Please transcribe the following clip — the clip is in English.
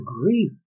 grief